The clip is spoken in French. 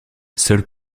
seuls